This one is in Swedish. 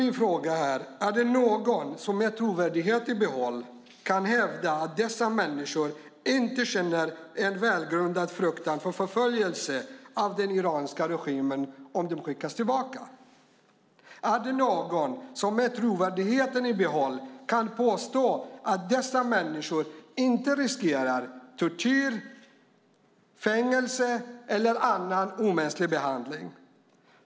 Min fråga är: Är det någon som med trovärdigheten i behåll kan hävda att dessa människor inte känner en välgrundad fruktan för förföljelse av den iranska regimen om de skickas tillbaka? Är det någon som med trovärdigheten i behåll kan påstå att dessa människor inte riskerar tortyr, fängelse eller annan omänsklig behandling?